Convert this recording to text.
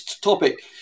topic